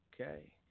okay